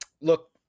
Look